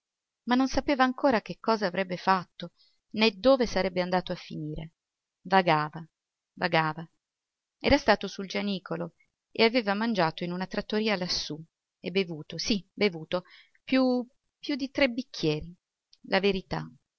ma non sapeva ancora che cosa avrebbe fatto né dove sarebbe andato a finire vagava vagava era stato sul gianicolo e aveva mangiato in una trattoria lassù e bevuto sì bevuto più più di tre bicchieri la verità